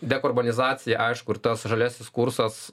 dekarbonizacija aišku ir tas žaliasis kursas